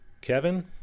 Kevin